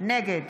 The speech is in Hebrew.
נגד